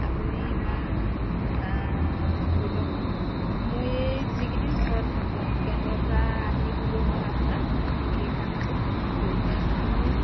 আপুনি ইমান ধৰি লওক মই এই যিকেইদিন ঘৰত থাকোঁ কেন্দ্ৰৰ পৰা আহি হ'লেও মই আপোনাক এই কামটো কৰি দিম আপুনি